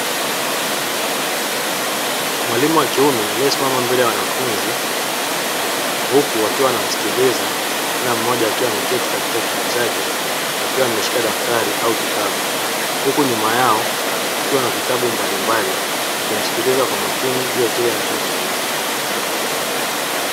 Mwalimu wa kiume aliyesimama mbele ya wanafunzi huku wakiwa wanamsikiliza kila mmoja akiwa ameketi katika kiti chake akiwa ameshika daftari au kitabu, huku nyuma yao kukiwa na vitabu mbalimbali wakimsikiliza kwa makini juu ya kile anacho zungumza.